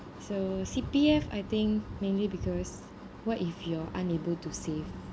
so C_P_F I think mainly because what if you're unable to save